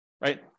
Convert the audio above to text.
right